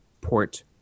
port